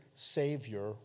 Savior